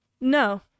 no